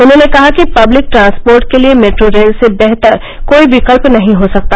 उन्होंने कहा कि पब्लिक ट्रांसपोर्ट के लिये मेट्रो रेल से बेहतर कोई विकल्प नही हो सकता